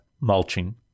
mulching